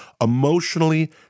emotionally